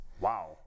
Wow